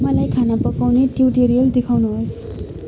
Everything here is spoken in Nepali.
मलाई खाना पकाउने ट्युटोरियल देखाउनुहोस्